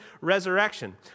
resurrection